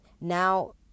now